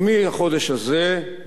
ומהחודש הזה,